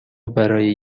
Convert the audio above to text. برای